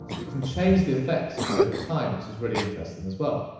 so we can change the effects over time, which is really interesting as well.